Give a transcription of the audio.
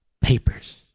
Papers